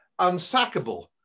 unsackable